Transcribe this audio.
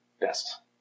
Best